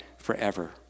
forever